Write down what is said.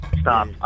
stop